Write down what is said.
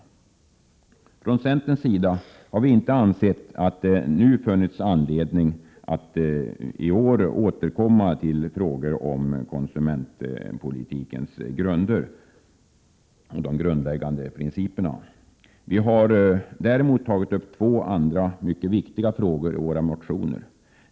Från centerns sida har vi inte ansett att det funnits anledning att vid årets behandling av de konsumentpolitiska frågorna på nytt ta upp frågor om de grundläggande principerna för konsumentpolitiken. Däremot har vi tagit upp två andra mycket viktiga frågor i våra motioner.